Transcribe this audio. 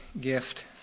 gift